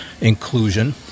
inclusion